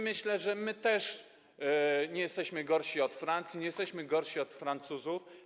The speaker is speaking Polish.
Myślę, że nie jesteśmy gorsi od Francji, nie jesteśmy gorsi od Francuzów.